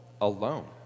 alone